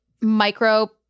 micro